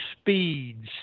speeds